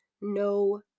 no